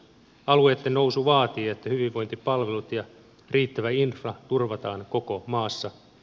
alueitten nousu vaatii että hyvinvointipalvelut ja riittävä infra turvataan koko maassa